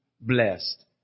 blessed